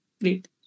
Great